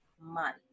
month